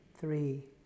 three